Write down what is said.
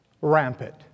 rampant